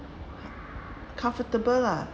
comfortable lah